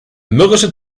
mürrische